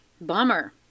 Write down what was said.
Bummer